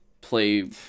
play